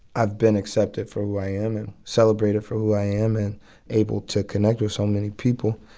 i've been accepted for who i am and celebrated for who i am and able to connect with so many people.